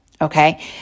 Okay